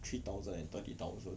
three thousand and thirty thousand